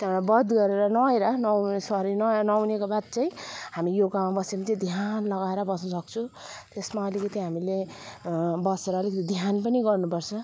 त्यहाँबाट बहुत गरेर नुहाएर नुहाउनु शरीर न नुहाउनेको बाद चाहिँ हामी योगामा बस्यो भने चाहिँ ध्यान लगाएर बस्नु सक्छु त्यसमा अलिकति हामीले बसेर अलिकति ध्यान पनि गर्नु पर्छ